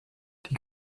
die